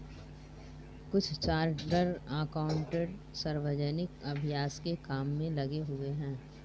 कुछ chartered accountant सार्वजनिक अभ्यास के काम में लगे हुए हैं